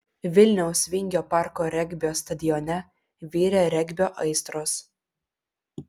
vilniaus vingio parko regbio stadione virė regbio aistros